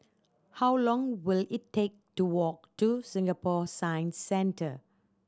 how long will it take to walk to Singapore Science Centre